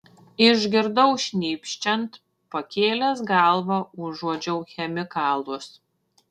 išgirdau šnypščiant pakėlęs galvą užuodžiau chemikalus